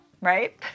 right